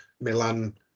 Milan